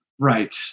Right